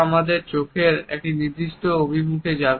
আমাদের চোখগুলি একটি নির্দিষ্ট অভিমুখে যাবে